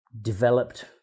developed